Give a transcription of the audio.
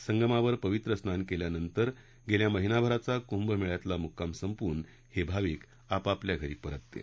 संगमावर पवित्र स्नान केल्यानंतर गेल्या महिनाभराचा कुंभमेळ्यातला मुक्काम संपवून हे भाविक आपापल्या घरी परत जातील